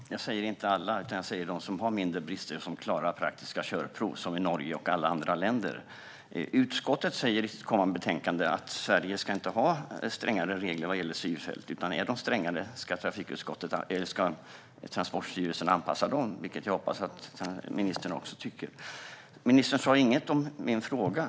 Herr talman! Jag talar inte om alla, utan jag talar om dem som har mindre brister och som klarar praktiska körprov, som i Norge och alla andra länder. Utskottet säger i sitt kommande betänkande att Sverige inte ska ha strängare regler vad gäller synfält, och är de strängare ska Transportstyrelsen anpassa dem. Jag hoppas att ministern tycker detsamma. Ministern svarade inte på min fråga.